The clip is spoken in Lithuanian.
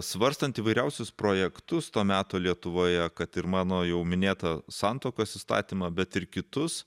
svarstant įvairiausius projektus to meto lietuvoje kad ir mano jau minėtą santuokos įstatymą bet ir kitus